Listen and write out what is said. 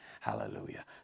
Hallelujah